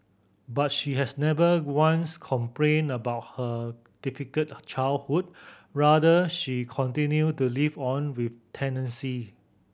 but she has never once complained about her difficult childhood rather she continued to live on with tenacity